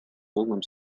полном